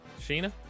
Sheena